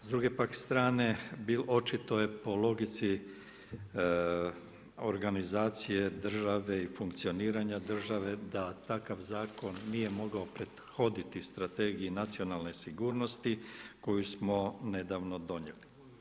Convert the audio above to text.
S druge pak strane očito je po logici organizacije države i funkcioniranja države da takav zakon nije mogao prethoditi Strategiji nacionalne sigurnosti koju smo nedavno donijeli.